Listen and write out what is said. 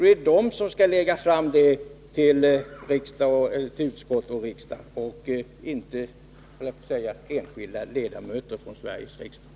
Det är den som skall lägga fram förslag till utskottet och riksdagen, och inte, höll jag på att säga, enskilda ledamöter i Sveriges riksdag.